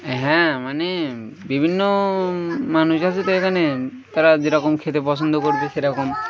হ্যাঁ মানে বিভিন্ন মানুষ আছে তো এখানে তারা যেরকম খেতে পছন্দ করবে সেরকম